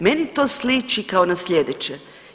Meni to sliči kao na slijedeće.